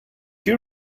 you